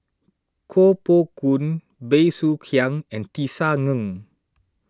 Koh Poh Koon Bey Soo Khiang and Tisa Ng